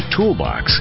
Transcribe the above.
Toolbox